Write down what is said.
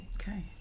okay